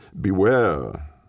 Beware